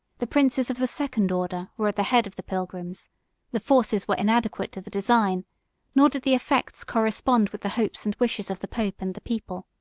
the princes of the second order were at the head of the pilgrims the forces were inadequate to the design nor did the effects correspond with the hopes and wishes of the pope and the people.